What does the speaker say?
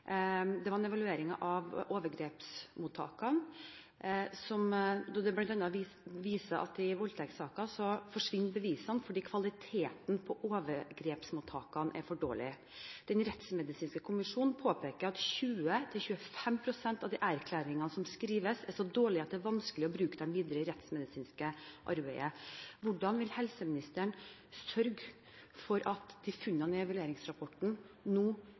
Det var en evaluering av overgrepsmottakene, som bl.a. viser at i voldtektssaker forsvinner bevisene fordi kvaliteten på overgrepsmottakene er for dårlig. Den rettsmedisinske kommisjon påpeker at 20–25 pst. av de erklæringene som skrives, er så dårlige at det er vanskelig å bruke dem videre i det rettsmedisinske arbeidet. Hvordan vil helseministeren sørge for at funnene i evalueringsrapporten nå